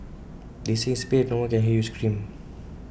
they say in space no one can hear you scream